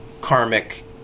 karmic